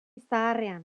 zaharrean